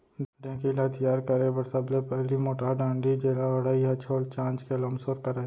ढेंकी ल तियार करे बर सबले पहिली मोटहा डांड़ी जेला बढ़ई ह छोल चांच के लमसोर करय